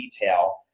detail